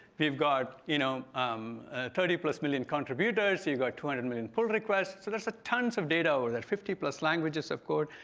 we've got you know um thirty plus million contributors. so you've got two hundred million pull requests. so there's tons of data or there are fifty plus languages of code.